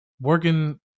Working